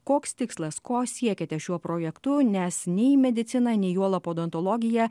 koks tikslas ko siekiate šiuo projektu nes nei medicina nei juolab odontologija